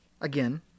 again